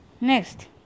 next